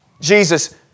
Jesus